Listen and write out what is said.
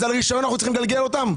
אז על רשיון צריך לגלגל אותם?